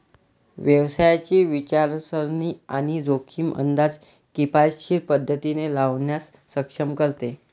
व्यवसायाची विचारसरणी आणि जोखमींचा अंदाज किफायतशीर पद्धतीने लावण्यास सक्षम करते